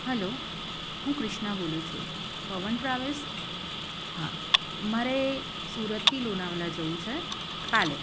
hello હું ક્રિષ્ના બોલું છું પવન ટ્રાવેલ્સ હા મારે સુરતથી લોનાવલા જવું છે કાલે